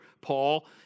Paul